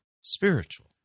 spiritual